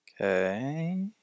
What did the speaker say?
Okay